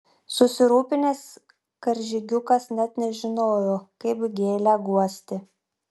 susirūpinęs karžygiukas net nežinojo kaip gėlę guosti